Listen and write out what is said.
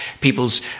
people's